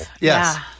Yes